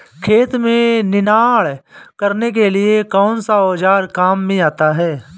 खेत में निनाण करने के लिए कौनसा औज़ार काम में आता है?